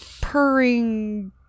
purring